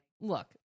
look